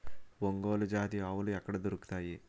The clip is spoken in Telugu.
ఒంగోలు జాతి ఆవులు ఎక్కడ దొరుకుతాయి?